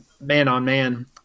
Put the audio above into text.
man-on-man